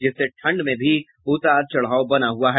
जिससे ठंड में भी उतार चढ़ाव बना हुआ है